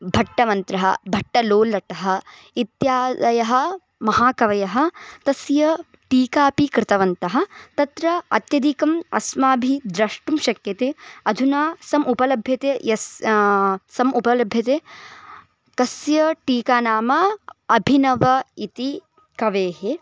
भट्टवन्त्रः भट्टलोल्लटः इत्यादयः महाकवयः तस्य टीकापि कृतवन्तः तत्र अत्यधिकम् अस्माभिः द्रष्टुं शक्यते अधुना समुपलभ्यते यस् समुपलभ्यते तस्य टीका नाम अभिनवः इति कवेः